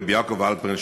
רב יעקב הלפרין,